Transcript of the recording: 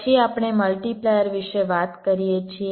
પછી આપણે મલ્ટિપ્લાયર વિશે વાત કરીએ છીએ